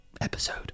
episode